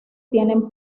tienen